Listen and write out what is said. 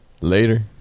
Later